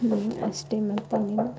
ಹ್ಞೂ ಅಷ್ಟೇ ಮತ್ತೇನಿಲ್ಲ